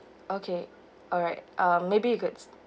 okay alright uh maybe you could